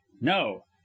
no